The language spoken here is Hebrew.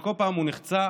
שכל פעם הוא נחצה,